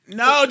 no